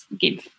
give